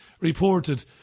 reported